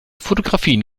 fotografien